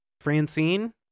Francine